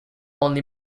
only